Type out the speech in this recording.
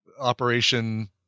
Operation